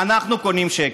אנחנו קונים שקט.